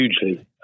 hugely